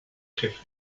jefe